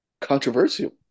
controversial